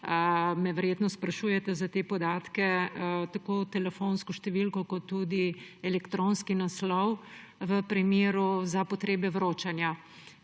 verjetno me sprašujete za te podatke, tako telefonsko številko kot tudi elektronski naslov, v primeru za potrebe vročanja.